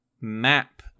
map